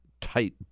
tight